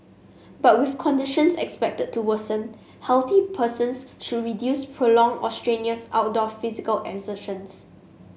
but with conditions expected to worsen healthy persons should reduce prolonged or strenuous outdoor physical exertion